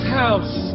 house